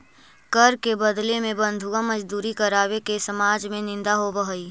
कर के बदले में बंधुआ मजदूरी करावे के समाज में निंदा होवऽ हई